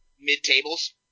mid-tables